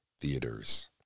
theaters